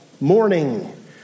morning